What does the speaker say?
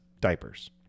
diapers